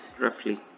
roughly